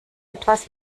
etwas